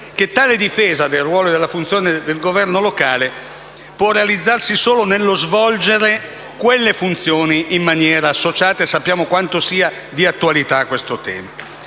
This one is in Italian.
che la difesa del ruolo e delle funzioni del governo locale può realizzarsi solo nello svolgere quelle funzioni in maniera associata. Sappiamo quanto questo tema